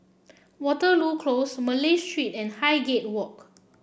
Waterloo Close Malay Street and Highgate Walk